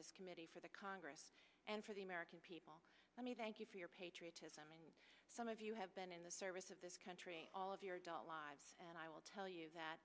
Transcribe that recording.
this committee for the congress and for the american people let me thank you for your patriotism and some of you have been in the service of this country all of your adult lives and i will tell you that